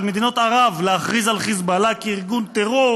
מדינות ערב להכריז על חיזבאללה כארגון טרור